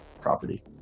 property